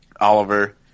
Oliver